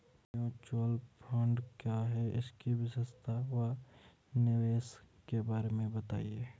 Mutual fund क्या है इसकी विशेषता व निवेश के बारे में बताइये?